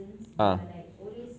ah